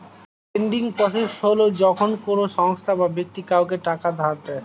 lending process হল যখন কোনো সংস্থা বা ব্যক্তি কাউকে টাকা ধার দেয়